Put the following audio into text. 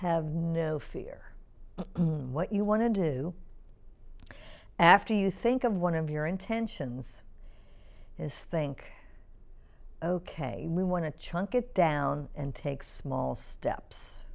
have no fear what you want to do after you think of one of your intentions is think ok we want to chunk it down and take small steps